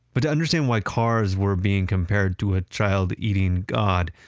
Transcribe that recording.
but to understand why cars were being compared to a child-eating god,